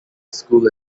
school